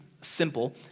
simple